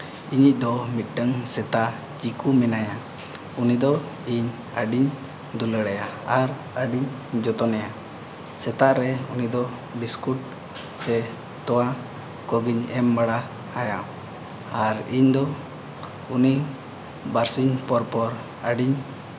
ᱤᱧᱤᱡ ᱫᱚ ᱢᱤᱫᱴᱟᱝ ᱥᱮᱛᱟ ᱪᱤᱠᱩ ᱢᱮᱱᱟᱭᱟ ᱩᱱᱤ ᱫᱚ ᱤᱧ ᱟᱹᱰᱤᱧ ᱫᱩᱞᱟᱹᱲᱟᱭᱟ ᱟᱨ ᱟᱹᱰᱤᱧ ᱡᱚᱛᱚᱱᱮᱭᱟ ᱥᱮᱛᱟᱜ ᱨᱮ ᱩᱱᱤ ᱫᱚ ᱵᱤᱥᱠᱩᱴ ᱥᱮ ᱛᱚᱣᱟ ᱠᱚᱜᱮᱧ ᱮᱢ ᱵᱟᱲᱟ ᱟᱭᱟ ᱟᱨ ᱤᱧ ᱫᱚ ᱩᱱᱤ ᱵᱟᱨ ᱥᱤᱧ ᱯᱚᱨ ᱯᱚᱨ ᱟᱹᱰᱤᱧ